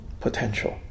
potential